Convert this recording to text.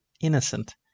innocent